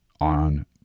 on